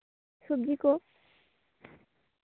ᱥᱚᱵᱡᱤ ᱠᱚ